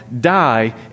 die